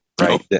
Right